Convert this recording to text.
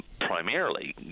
primarily